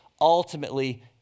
ultimately